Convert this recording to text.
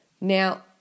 Now